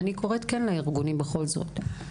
אני קוראת כן לארגונים בכל זאת.